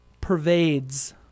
pervades